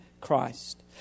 Christ